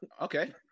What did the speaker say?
Okay